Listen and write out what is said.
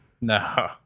No